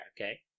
Okay